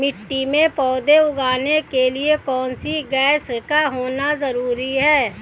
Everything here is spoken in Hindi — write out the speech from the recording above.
मिट्टी में पौधे उगाने के लिए कौन सी गैस का होना जरूरी है?